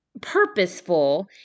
purposeful